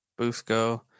Busco